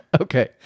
okay